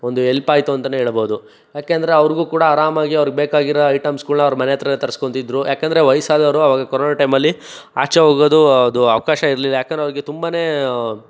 ಒಂದು ಹೆಲ್ಪಾಯ್ತು ಅಂತನೇ ಹೇಳ್ಬೋದು ಯಾಕೆಂದರೆ ಅವ್ರಿಗೂ ಕೂಡ ಆರಾಮಾಗಿ ಅವ್ರಿಗೆ ಬೇಕಾಗಿರೋ ಐಟಮ್ಸ್ಗಳ್ನ ಅವರ ಮನೆ ಹತ್ತಿರಾನೇ ತರ್ಸ್ಕೊಂತಿದ್ರು ಯಾಕಂದರೆ ವಯಸ್ಸಾದವ್ರು ಆವಾಗ ಕೊರೋನಾ ಟೈಮಲ್ಲಿ ಆಚೆ ಹೋಗೋದು ಅದು ಅವಕಾಶ ಇರಲಿಲ್ಲ ಯಾಕಂದರೆ ಅವ್ರಿಗೆ ತುಂಬಾ